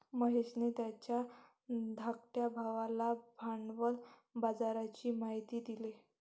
महेशने त्याच्या धाकट्या भावाला भांडवल बाजाराची माहिती दिली